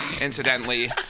incidentally